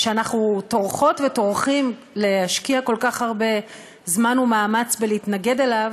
שאנחנו טורחות וטורחים להשקיע כל כך הרבה זמן ומאמץ להתנגד לו,